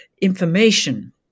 information